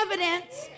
evidence